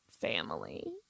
family